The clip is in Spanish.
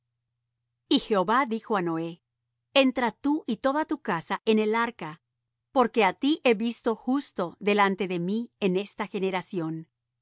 y jehova dijo á noé entra tú y toda tu casa en el arca porque á ti he visto justo delante de mí en esta generación